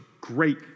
great